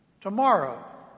Tomorrow